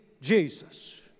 Jesus